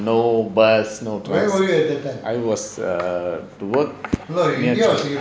no bus no cars I was err work